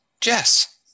Jess